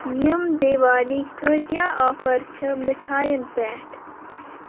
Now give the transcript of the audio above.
یِم دیوالی کۭتیاہ آفر چھِ مِٹھایَن پٮ۪ٹھ